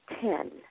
ten